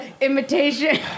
imitation